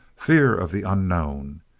fear of the unknown.